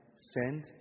Send